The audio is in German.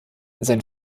sein